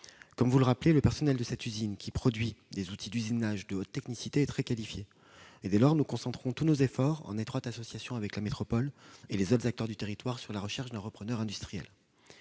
Comme vous le rappelez, le personnel de cette usine qui produit des outils d'usinage de haute technicité est très qualifié. Dès lors, nous concentrons tous nos efforts, en étroite association avec la métropole et les autres acteurs du territoire, sur la recherche d'un repreneur industriel.